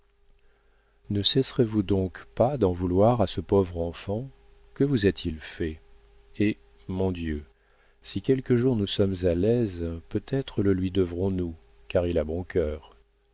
grabuge ne cesserez vous donc pas d'en vouloir à ce pauvre enfant que vous a-t-il fait hé mon dieu si quelque jour nous sommes à l'aise peut-être le lui devrons-nous car il a bon cœur